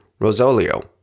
Rosolio